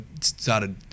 started